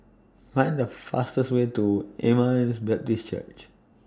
Find The fastest Way to Emmaus Baptist Church